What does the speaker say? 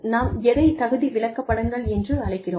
நாம் எதைத் தகுதி விளக்கப்படங்கள் என்று அழைக்கிறோம்